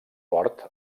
port